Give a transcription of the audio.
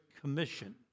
Commission